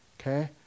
Okay